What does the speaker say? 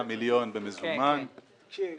פניות מספר 322 עד 329, משרד המדע,